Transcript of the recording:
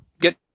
get